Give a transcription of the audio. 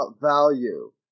value